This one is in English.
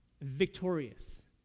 victorious